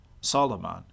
Solomon